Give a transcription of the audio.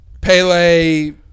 Pele